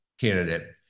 candidate